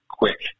quick